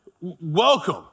welcome